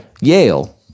Yale